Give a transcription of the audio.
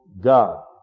God